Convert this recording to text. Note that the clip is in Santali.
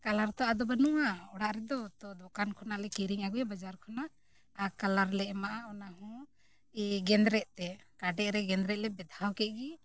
ᱠᱟᱞᱟᱨ ᱛᱚ ᱟᱫᱚ ᱵᱟᱹᱱᱩᱜᱼᱟ ᱚᱲᱟᱜ ᱨᱮᱫᱚ ᱛᱚ ᱫᱚᱠᱟᱱ ᱠᱷᱚᱱᱟᱜ ᱞᱮ ᱠᱤᱨᱤᱧ ᱟᱹᱜᱩᱭᱟ ᱵᱟᱡᱟᱨ ᱠᱷᱚᱱᱟᱜ ᱟᱨ ᱠᱟᱞᱟᱨ ᱞᱮ ᱮᱢᱟᱜᱼᱟ ᱚᱱᱟ ᱦᱚᱸ ᱜᱮᱸᱫᱨᱮᱡ ᱛᱮ ᱠᱟᱴᱮᱫ ᱨᱮ ᱜᱮᱸᱫᱽᱨᱮᱡ ᱞᱮ ᱵᱮᱫᱷᱟᱣ ᱠᱮᱫ ᱜᱮ